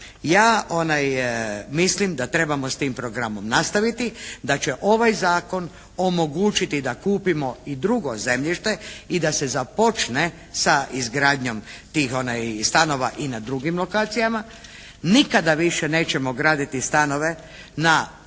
ja mislim da trebamo s tim programom nastaviti, da će ovaj zakon omogućiti da kupimo i drugo zemljište i da se započne sa izgradnjom tih stanova i na drugim lokacijama. Nikada više nećemo graditi stanove tamo